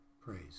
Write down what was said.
Praise